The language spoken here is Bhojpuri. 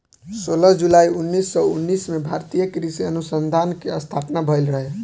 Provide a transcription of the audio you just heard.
सोलह जुलाई उन्नीस सौ उनतीस में भारतीय कृषि अनुसंधान के स्थापना भईल रहे